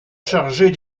chargés